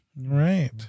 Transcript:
Right